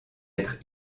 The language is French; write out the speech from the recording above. être